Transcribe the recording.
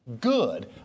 good